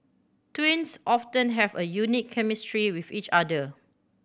twins often have a unique chemistry with each other